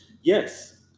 Yes